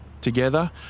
Together